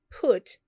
put